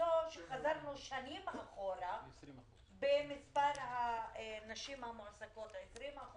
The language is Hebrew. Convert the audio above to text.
שחזרנו שנים אחורה במספר הנשים המועסקות -20%